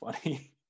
funny